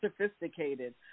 sophisticated